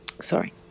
sorry